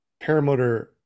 paramotor